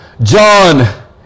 John